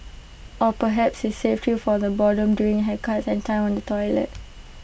or perhaps IT saved you from the boredom during haircuts and time on the toilet